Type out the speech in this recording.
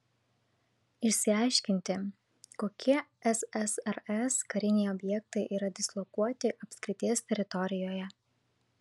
išsiaiškinti kokie ssrs kariniai objektai yra dislokuoti apskrities teritorijoje